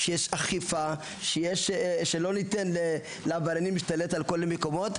שיש פה אכיפה ושלא ניתן להם להשתלט על כל מקום בו יחפצו.